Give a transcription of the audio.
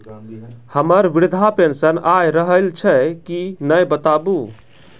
हमर वृद्धा पेंशन आय रहल छै कि नैय बताबू?